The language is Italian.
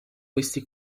questi